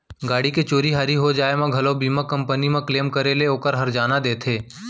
गाड़ी के चोरी हारी हो जाय म घलौ बीमा कंपनी म क्लेम करे ले ओकर हरजाना देथे